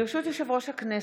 ברשות יושב-ראש הכנסת,